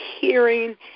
hearing